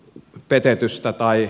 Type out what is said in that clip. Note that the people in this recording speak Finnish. peter kystä tai